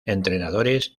entrenadores